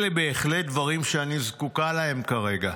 אלה בהחלט דברים שאני זקוקה להם כרגע.